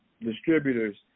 distributors